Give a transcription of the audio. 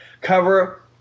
Cover